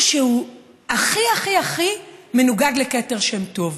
שהוא הכי הכי הכי מנוגד לכתר שם טוב.